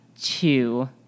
two